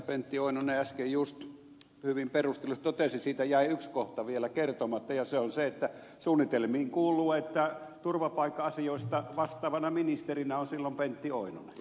pentti oinonen äsken just hyvin perustellusti totesi jäi yksi kohta vielä kertomatta ja se on se että suunnitelmiin kuuluu että turvapaikka asioista vastaavana ministerinä on silloin pentti oinonen